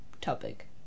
topic